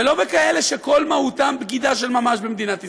ולא בכאלה שכל מהותן בגידה של ממש במדינת ישראל.